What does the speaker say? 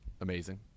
Amazing